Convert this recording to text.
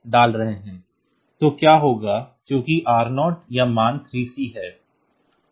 तो क्या होगा कि चूंकि R0 यह मान 3C है